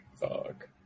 Fuck